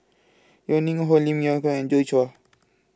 Yeo Ning Hong Lim Leong Geok and Joi Chua